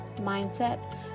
mindset